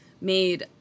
made